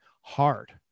hard